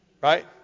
Right